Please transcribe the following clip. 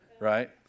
Right